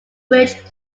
bridge